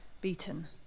beaten